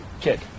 Kid